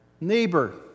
neighbor